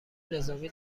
نظامی